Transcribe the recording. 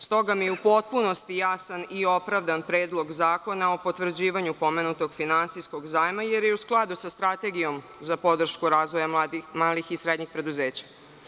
S toga mi je u potpunosti jasan i opravdan Predlog zakona o potvrđivanju pomenutog finansijskog zajma, jer je u skladu sa Strategijom za podršku razvoja malih i srednjih preduzeća.